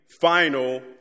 final